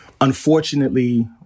Unfortunately